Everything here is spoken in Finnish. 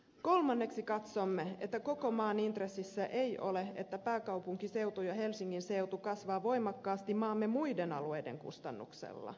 kolmanneksi katsomme että koko maan intressissä ei ole että pääkaupunkiseutu ja helsingin seutu kasvavat voimakkaasti maamme muiden alueiden kustannuksella